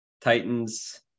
Titans